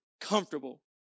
Comfortable